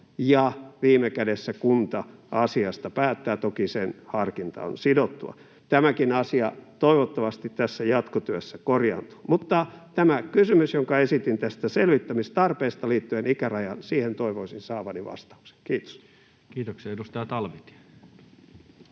ja viime kädessä kunta asiasta päättää, toki sen harkinta on sidottua. Tämäkin asia toivottavasti tässä jatkotyössä korjaantuu. Mutta tähän kysymykseen, jonka esitin tästä selvittämistarpeesta liittyen ikärajaan, toivoisin saavani vastauksen. — Kiitos. [Speech 96]